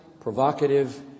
provocative